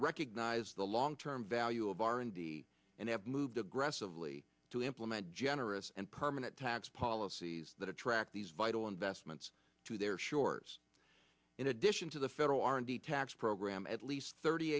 recognize the long term value of r and d and have moved aggressively to implement generous and permanent tax policies that attract these vital investments to their shores in addition to the federal r and d tax program at least thirty